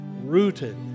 rooted